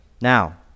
Now